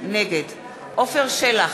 נגד עפר שלח,